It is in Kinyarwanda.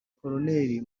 koloneri